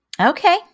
Okay